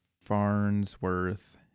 Farnsworth